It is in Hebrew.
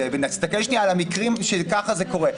ונסתכל שנייה על המקרים שככה זה קורה,